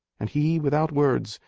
and he, without words,